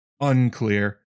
unclear